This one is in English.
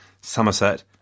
Somerset